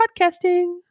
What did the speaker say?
podcasting